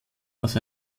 aus